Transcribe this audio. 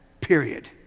period